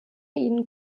ihnen